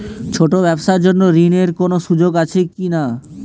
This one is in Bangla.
ছোট ব্যবসার জন্য ঋণ এর কোন সুযোগ আছে কি না?